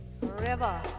river